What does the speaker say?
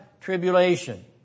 tribulation